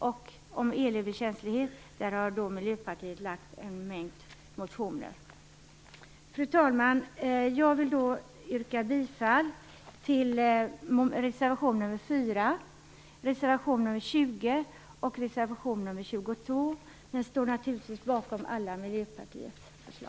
Miljöpartiet har lagt fram en mängd motioner om just elöverkänslighet. Fru talman! Jag vill yrka bifall till reservationerna nr 4, 20 och 22, men står naturligtvis bakom alla